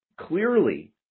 clearly